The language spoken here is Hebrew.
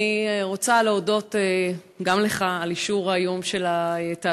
אני רוצה להודות גם לך על אישור יום התעסוקה,